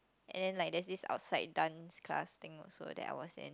and then like there's this outside dance class thing also that I was in